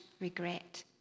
regret